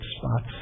spots